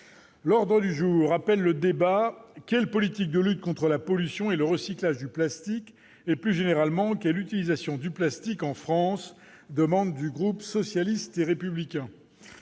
l'ordre du jour appelle le débat quelle politique de lutte contre la pollution et le recyclage du plastique et plus généralement que l'utilisation du plastique en France demande du groupe socialiste et républicain,